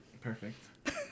Perfect